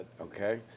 Okay